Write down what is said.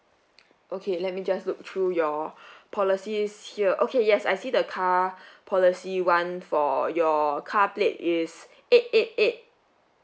okay let me just look through your policies here okay yes I see the car policy one for your car plate is eight eight eight